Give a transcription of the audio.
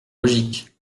logique